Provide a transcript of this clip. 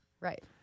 Right